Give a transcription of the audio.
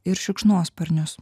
ir šikšnosparnius